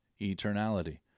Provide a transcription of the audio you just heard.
eternality